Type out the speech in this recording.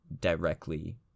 directly